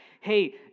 hey